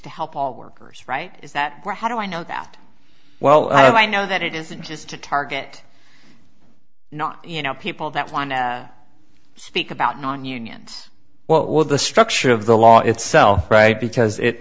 to help all workers right is that how do i know that well i know that it isn't just to target not you know people that want to speak about nine unions well the structure of the law itself right because it